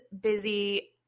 busy